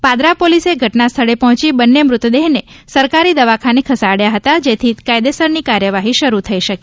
પાદરા પોલીસે ઘટનાસ્થળે પહોંચી બંને મૂતદેહને સરકારી દવાખાને ખસેડવા હતા જેથી કાયદેસરની કાર્યવાહી શરૂ થઇ શકે